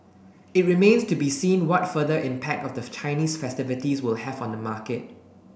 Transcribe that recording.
it remains to be seen what further impact of the Chinese festivities will have on the market